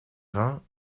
rend